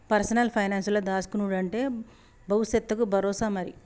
personal పైనాన్సుల దాస్కునుడంటే బవుసెత్తకు బరోసా మరి